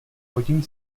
hodin